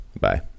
Bye